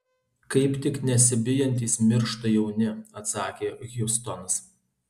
kaip tik nesibijantys miršta jauni atsakė hjustonas